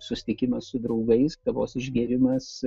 susitikimas su draugais kavos išgėrimas